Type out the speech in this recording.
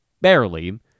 Barely